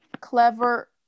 clever